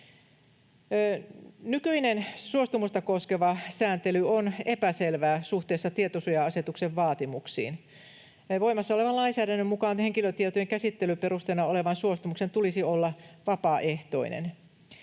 Nykyinen suostumusta koskeva sääntely on epäselvää suhteessa tietosuoja-asetuksen vaatimuksiin. Voimassa olevan lainsäädännön mukaan henkilötietojen käsittelyperusteena olevan suostumuksen tulisi olla vapaaehtoinen.